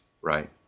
right